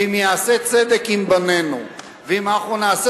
ואם ייעשה צדק עם בנינו ואם אנחנו נעשה